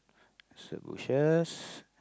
it's the bushes